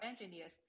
engineers